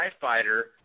fighter